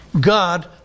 God